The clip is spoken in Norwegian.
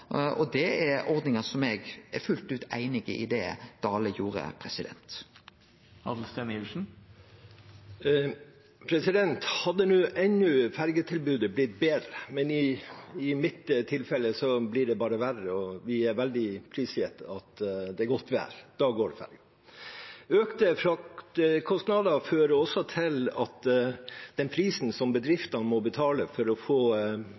Det er endringar eg er fullt ut einig i at Dale gjorde. Hadde enda fergetilbudet blitt bedre, men i mitt tilfelle blir det bare verre. Og vi er veldig prisgitt at det er godt vær; da går det ferge. Økte fraktkostnader fører også til at den prisen som bedriftene må betale for å få